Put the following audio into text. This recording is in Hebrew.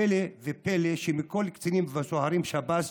הפלא ופלא שמכל קציני וסוהרי שב"ס,